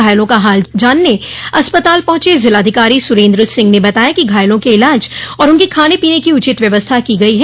घायलों का हाल चाल जानने अस्पताल पहुंचे जिलाधिकारी सुरेन्द्र सिंह ने बताया कि घायलों के इलाज और उनके खाने पीने की उचित व्यवस्था की गई है